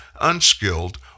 unskilled